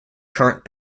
current